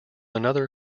another